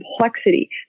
complexity